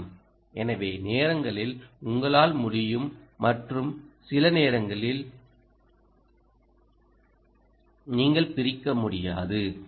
எனவே அவற்றை நீங்கள் பிரிக்க முடியாது அதுதான் கவனிக்க வேண்டியது சில நேரங்களில் உங்களால் முடியும் மற்றும் சில நேரங்களில் நீங்கள் பிரிக்க முடியாது